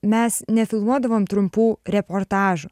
mes nefilmuodavom trumpų reportažų